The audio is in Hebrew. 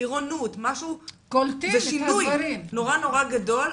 זה שינוי נורא-נורא גדול,